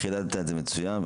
חידדת את זה מצוין.